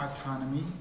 autonomy